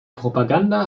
propaganda